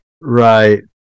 Right